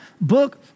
book